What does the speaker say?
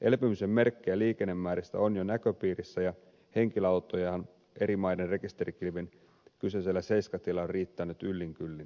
elpymisen merkkejä liikennemääristä on jo näköpiirissä ja henkilöautojahan eri maiden rekisterikilvin kyseisellä seiskatiellä on riittänyt yllin kyllin koko ajan